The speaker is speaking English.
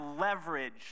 leverage